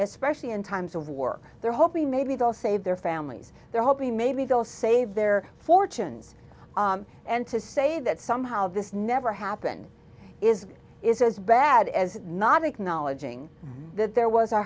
especially in times of war they're hoping maybe they'll save their families they're hoping maybe they'll save their fortunes and to say that somehow this never happened is is as bad as not acknowledging that there was a